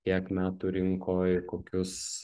kiek metų rinkoj kokius